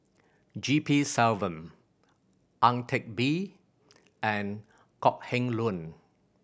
G P Selvam Ang Teck Bee and Kok Heng Leun